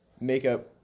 makeup